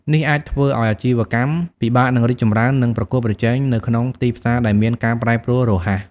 នេះអាចធ្វើឲ្យអាជីវកម្មពិបាកនឹងរីកចម្រើន និងប្រកួតប្រជែងនៅក្នុងទីផ្សារដែលមានការប្រែប្រួលរហ័ស។